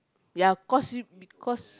ya cause because